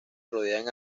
rodean